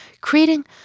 Creating